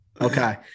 Okay